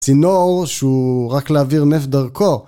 צינור שהוא רק להעביר נפט דרכו